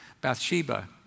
Bathsheba